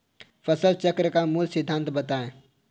फसल चक्र का मूल सिद्धांत बताएँ?